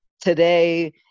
today